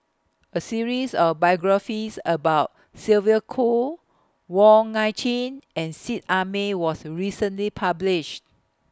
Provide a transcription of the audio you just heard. A series of biographies about Sylvia Kho Wong Nai Chin and Seet Ai Mee was recently published